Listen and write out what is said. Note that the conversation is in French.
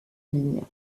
ligne